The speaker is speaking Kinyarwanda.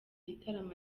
gitaramo